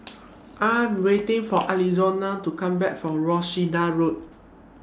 I Am waiting For Alonzo to Come Back from Worcester Road